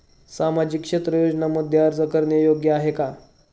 सामाजिक क्षेत्र योजनांमध्ये अर्ज करणे योग्य आहे का?